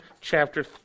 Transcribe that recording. chapter